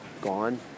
gone